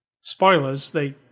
spoilers—they